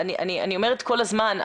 אני אומרת כל הזמן,